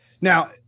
now